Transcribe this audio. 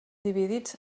dividits